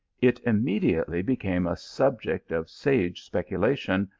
it immediately became a subject of sag speculation,